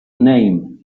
name